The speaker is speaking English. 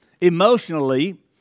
emotionally